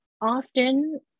often